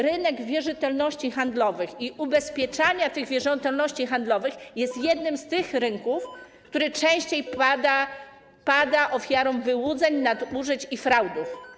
Rynek wierzytelności handlowych i ubezpieczania tych wierzytelności handlowych jest jednym z tych rynków, które częściej padają ofiarą wyłudzeń, nadużyć i fraudów.